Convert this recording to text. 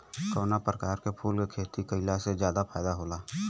कवना प्रकार के फूल के खेती कइला से ज्यादा फायदा होला?